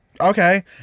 Okay